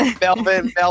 Melvin